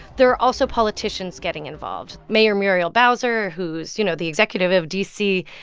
there are also politicians getting involved. mayor muriel bowser who is, you know, the executive of d c.